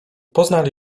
poznali